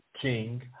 King